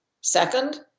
Second